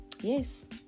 yes